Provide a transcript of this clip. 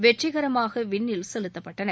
வெற்றிகரமாக விண்ணில் செலுத்தப்பட்டன